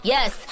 Yes